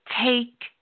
take